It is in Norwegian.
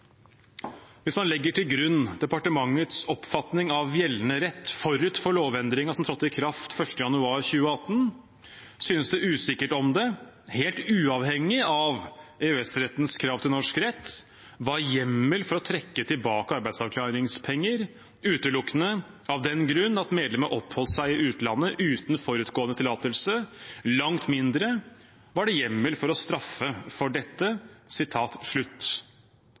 man legger til grunn Arbeids- og sosialdepartementets oppfatning av gjeldende rett forut for lovendringen som trådte i kraft 1. januar 2018, synes usikkert om det, helt uavhengig av EØS-rettens krav til norsk rett, var hjemmel for å trekke tilbake arbeidsavklaringspenger utelukkende av den grunn at medlemmet oppholdt seg i utlandet uten forutgående tillatelse. Langt mindre var det hjemmel for å straffe for dette.»